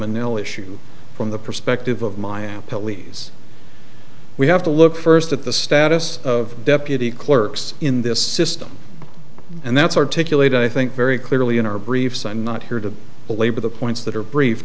and they'll issue from the perspective of my amp pelleas we have to look first at the status of deputy clerks in this system and that's articulated i think very clearly in our briefs i'm not here to belabor the points that are brief